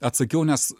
atsakiau nes